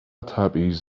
تبعیض